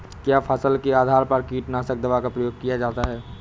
क्या फसल के आधार पर कीटनाशक दवा का प्रयोग किया जाता है?